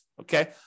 Okay